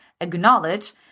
acknowledge